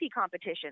competition